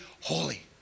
holy